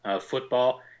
football